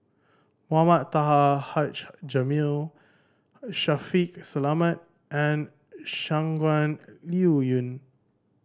Mohamed Taha Haji Jamil Shaffiq Selamat and Shangguan Liuyun